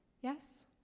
yes